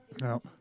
No